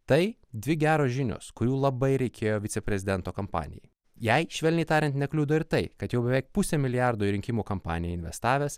tai dvi geros žinios kurių labai reikėjo viceprezidento kompanijai jai švelniai tariant nekliudo ir tai kad jau beveik pusę milijardo į rinkimų kampaniją investavęs